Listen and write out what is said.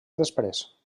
després